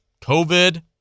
COVID